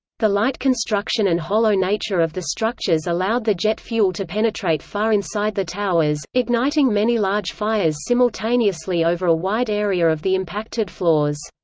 the light construction and hollow nature of the structures allowed the jet fuel to penetrate far inside the towers, igniting many large fires simultaneously over a wide area of the impacted floors.